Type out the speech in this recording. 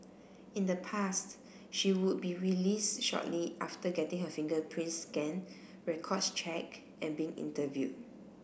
in the past she would be released shortly after getting her fingerprints scanned records checked and being interview